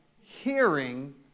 hearing